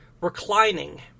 reclining